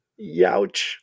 Youch